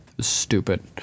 Stupid